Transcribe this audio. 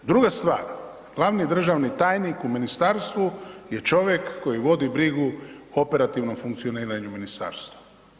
Druga stvar, glavni državni tajnik u ministarstvu je čovjek koji vodi brigu o operativnom funkcioniranju ministarstva.